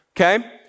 Okay